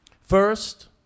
First